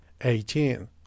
eighteen